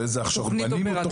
ואיזה הכשרות.